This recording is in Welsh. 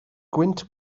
gwynt